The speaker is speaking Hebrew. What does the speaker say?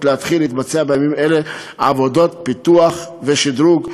להתחיל להתבצע בימים אלה עבודות פיתוח ושדרוג,